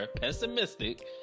pessimistic